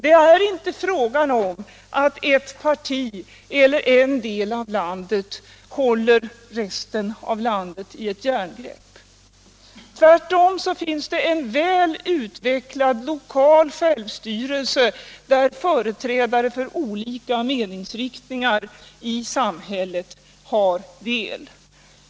Det är inte heller fråga om att ett parti eller en del av landet håller resten av landet i ett järngrepp. Tvärtom finns det en väl utvecklad lokal självstyrelse, där företrädare för olika meningsriktningar i samhället har del.